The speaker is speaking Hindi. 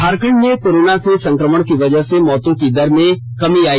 झारखंड में कोरोना से संक्रमण की वजह से मौतों की दर में कमी आई